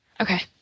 Okay